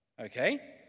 okay